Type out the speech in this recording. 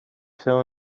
fill